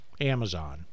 Amazon